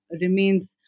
remains